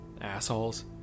assholes